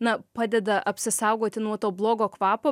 na padeda apsisaugoti nuo to blogo kvapo